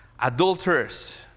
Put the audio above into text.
adulterers